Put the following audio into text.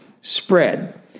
spread